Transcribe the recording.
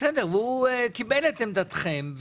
והוא קיבל את עמדתכם.